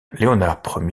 léonard